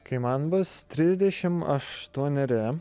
kai man bus trisdešim aštuoneri